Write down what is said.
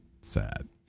sad